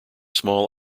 small